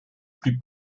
plus